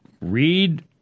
read